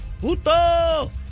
Puto